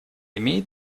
имеет